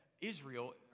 Israel